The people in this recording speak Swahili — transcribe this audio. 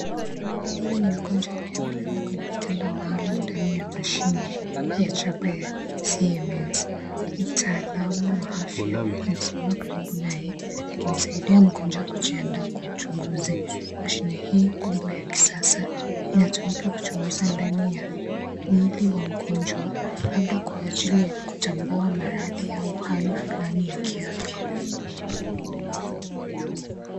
Huyu ni mgonjwa akiwa amelala kwenye kitanda maalumu ndani ya mashine, ya chapa ya CMS. Mtaalamu wa afya, amesimama karibu naye, akimsaidia mgonjwa kujiandaa kwa uchunguzi. Mashine hii kubwa ya kisasa, inatumika kuchunguza ndani ya mwili wa mgonjwa, labda kwa ajili ya kutambua maradhi au hali fulani ya kiafya.